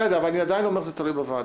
בסדר, אני עדיין אומר שזה תלוי בוועדות.